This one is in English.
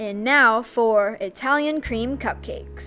and now for italian cream cupcakes